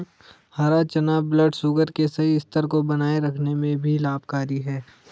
हरा चना ब्लडशुगर के सही स्तर को बनाए रखने में भी लाभकारी है